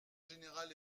général